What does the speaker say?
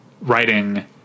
writing